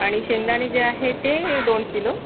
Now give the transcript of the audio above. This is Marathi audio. आणि शेंगदाणे जे आहेत ते दोन किलो